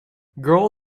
girl